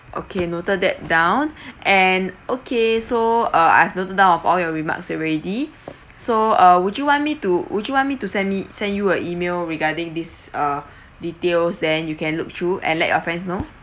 okay noted that down and okay so uh I've noted down of all your remarks already so uh would you want me to would you want me to send me send you a E-mail regarding this uh details then you can look through and let your friends know